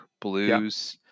blues